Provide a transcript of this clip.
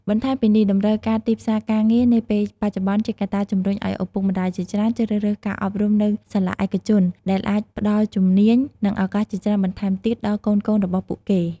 បន្ថែមពីនេះ តម្រូវការទីផ្សារការងារនាពេលបច្ចុប្បន្នជាកត្តាជំរុញឱ្យឪពុកម្តាយជាច្រើនជ្រើសរើសការអប់រំនៅសាលាឯកជន ដែលអាចផ្តល់ជំនាញ និងឱកាសជាច្រើនបន្ថែមទៀតដល់កូនៗរបស់ពួកគេ។